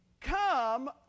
come